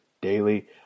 daily